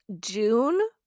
June